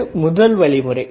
இது முதல் வழிமுறை